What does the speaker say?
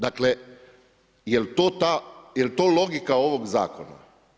Dakle, jel to logika ovog Zakona?